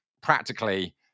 Practically